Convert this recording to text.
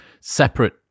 separate